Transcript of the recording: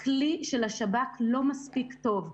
הכלי של השב"כ לא מספיק טוב.